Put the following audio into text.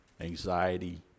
anxiety